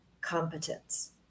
competence